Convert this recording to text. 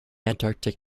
antarctic